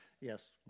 Yes